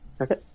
Okay